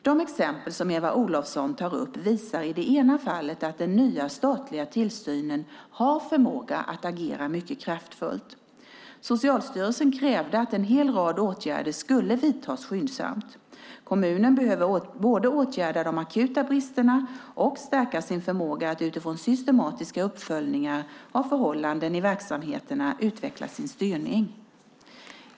De exempel som Eva Olofsson tar upp visar i det ena fallet att den nya statliga tillsynen har förmåga att agera mycket kraftfullt. Socialstyrelsen krävde att en hel rad åtgärder skulle vidtas skyndsamt. Kommunen behöver både åtgärda de akuta bristerna och stärka sin förmåga att utifrån systematiska uppföljningar av förhållandena i verksamheterna utveckla sin styrning.